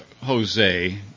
Jose